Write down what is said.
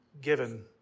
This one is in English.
given